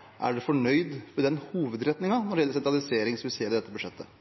er representanten fornøyd med hovedretningen når det gjelder sentralisering, som vi ser i dette budsjettet?